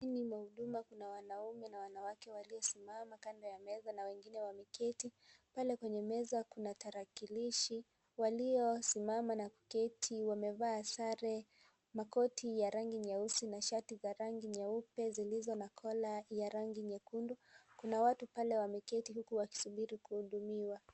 Ndani mwa huduma kuna wanaume na wanawake waliosimama kando ya meza na wengine wameketi. pale kwenye meza kuna tarakilishi. Waliosimama na kuketi wamevaa sare, makoti ya rangi nyeusi na shati za rangi nyeupe zilizo na kola za rangi nyekundu. Kuna watu pale wameketi huku wakisubiri kuhudumiwa.